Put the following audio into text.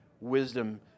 wisdom